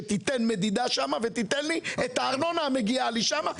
שתיתן שם מדידה ותיתן לי את הארנונה המגיעה לי שם כדין.